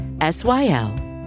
S-Y-L